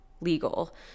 legal